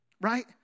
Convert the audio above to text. Right